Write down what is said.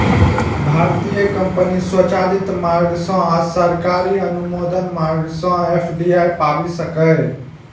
भारतीय कंपनी स्वचालित मार्ग सं आ सरकारी अनुमोदन मार्ग सं एफ.डी.आई पाबि सकैए